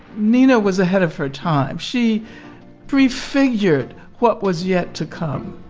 nina was ahead of her time. she prefigured what was yet to come